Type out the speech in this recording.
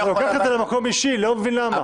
אתה לוקח את זה למקום אישי, אני לא מבין למה.